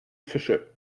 fische